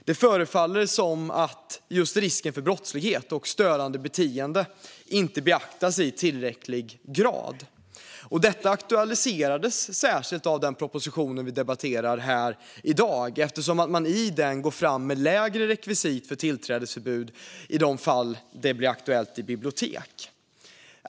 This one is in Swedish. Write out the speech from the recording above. Det förefaller som att just risken för brottslighet och störande beteenden inte beaktas i tillräcklig grad. Detta aktualiseras särskilt av dagens proposition eftersom man i den går fram med lägre rekvisit för tillträdesförbud till bibliotek.